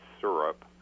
syrup